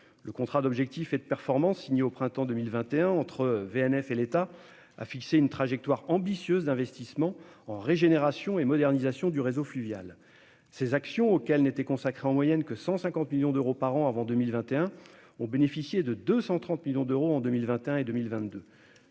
Le contrat d'objectifs et de performance signé au printemps 2021 entre Voies navigables de France (VNF) et l'État a fixé une trajectoire ambitieuse d'investissements en régénération et modernisation du réseau fluvial. Ces actions, auxquelles n'étaient consacrés en moyenne que 150 millions d'euros par an avant 2021, ont bénéficié de 230 millions d'euros en 2021 et 2022.